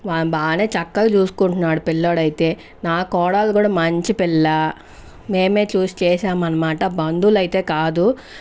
వాన్నీ బానే చక్కగా చూసుకుంటున్నాడు పిల్లోడైతే మా కోడలు కూడా మంచి పిల్ల మేమే చూసి చేశామనమాట బందువులైతే కాదు